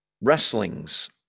Wrestlings